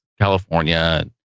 California